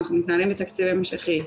אנחנו מתנהלים בתקציב המשכי,